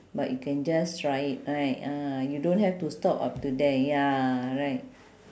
but you can just try it right ah you don't have to stop after that ya right